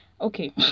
okay